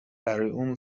اون